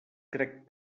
crec